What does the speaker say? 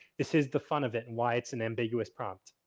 this is the fun of it and why it's an ambiguous prompt.